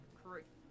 correct